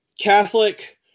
Catholic